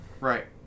Right